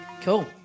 Cool